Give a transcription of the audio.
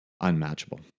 unmatchable